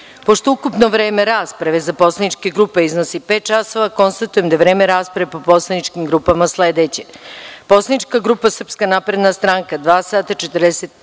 ukupno vreme rasprave za poslaničke grupe iznosi pet časova, konstatujem da je vreme rasprave po poslaničkim grupama sledeće: Poslanička grupa Srpska napredna stranka –